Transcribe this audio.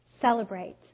Celebrate